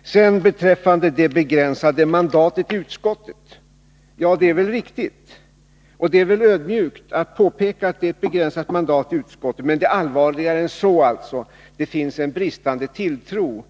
Vad sedan beträffar den begränsade omfattningen av mandatet i utskottet är det väl riktigt och ödmjukt att peka på denna, men läget är allvarligare än så: det finns från vår sida en bristande tilltro